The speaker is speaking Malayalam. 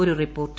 ഒരു റിപ്പോർട്ട്